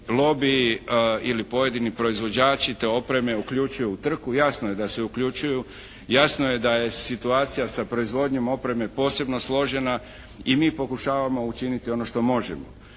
lobiji ili pojedini proizvođači te opreme uključuju u trku. Jasno je da se uključuju. Jasno je da je situacija sa proizvodnjom opreme posebno složena. I mi pokušavamo učiniti ono što možemo.